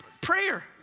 prayer